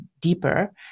deeper